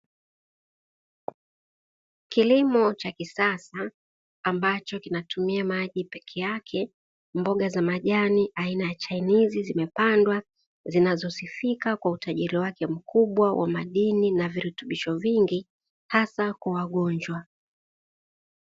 Kilimo cha kisasa ambacho kinatumia maji pekee yake. Mboga za majani aina ya chinese zimepandwa zinazosifika kwa utajiri wake mkuu wa madini na virutubisho vingi, hasa kwa wagonjwa.